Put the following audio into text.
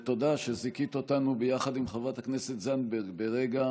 תודה שזיכית אותנו ביחד עם חברת הכנסת זנדברג ברגע